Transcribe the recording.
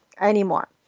anymore